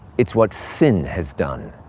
it's what sin has done.